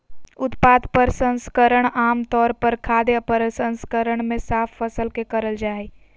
उत्पाद प्रसंस्करण आम तौर पर खाद्य प्रसंस्करण मे साफ फसल के करल जा हई